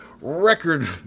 record